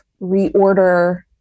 reorder